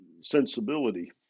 sensibility